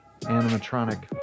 animatronic